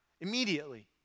immediately